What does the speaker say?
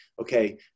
okay